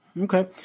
Okay